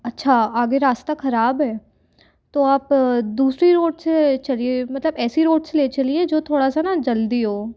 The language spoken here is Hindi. अच्छा आगे रास्ता खराब है तो आप दूसरी रोड से चलिए मतलब ऐसी रोड से ले चलिए जो थोड़ा सा ना जल्दी हो